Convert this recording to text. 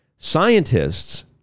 Scientists